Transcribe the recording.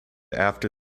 after